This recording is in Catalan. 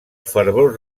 fervor